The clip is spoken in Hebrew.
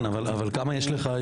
צריכים.